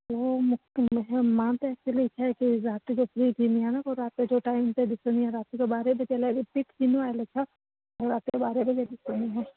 हू मूंखे मां त एक्चुली छाहे की राति जो फ़्री थींदी आहियां न राति जो टाइम ते ॾिसंदी आहियां बारहें लॻे फ़िक्स ईंदो आहे अलाए छा पोइ राति जो ॿारहें बजे ॾिसंदी आहियां